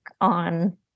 on